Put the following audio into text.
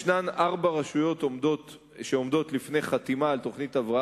יש ארבע רשויות שעומדות לפני חתימה על תוכנית הבראה